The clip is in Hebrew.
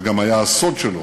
זה גם היה הסוד שלו,